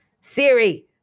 Siri